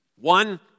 One